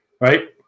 Right